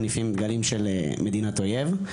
לא מניפים דגלים של מדינת אויב,